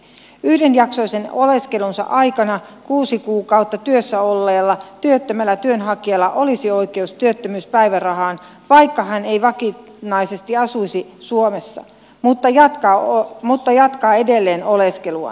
yhdenjaksoisen oleskelunsa aikana kuusi kuukautta työssä olleella työttömällä työnhakijalla olisi oikeus työttömyyspäivärahaan vaikka hän ei vakinaisesti asuisi suomessa mutta jatkaa edelleen oleskeluaan